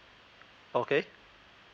okay